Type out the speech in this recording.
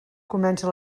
comença